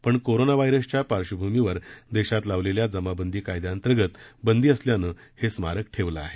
पण कोरोना व्हायरसच्या पार्श्वभूमीवर देशात लावण्यात आलेल्या जमावबंदी कायद्याअंतर्गत बंदी असल्यानं हे स्मारक बंद ठेवलं आहे